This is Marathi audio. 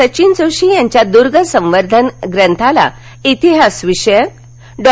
सघिन जोशी यांच्या दुर्गसंवर्धन ग्रंथाला तिहासविषयक डॉ